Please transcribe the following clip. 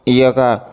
ఈ యొక్క